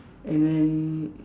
and then